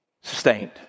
sustained